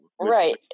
right